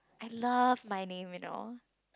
I love my name you know